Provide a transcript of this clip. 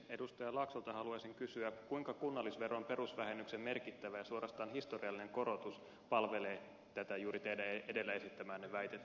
laaksolta haluaisin kysyä kuinka kunnallisveron perusvähennyksen merkittävä ja suorastaan historiallinen korotus palvelee tätä juuri teidän edellä esittämäänne väitettä